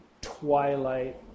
twilight